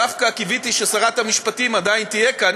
דווקא קיוויתי ששרת המשפטים עדיין תהיה כאן,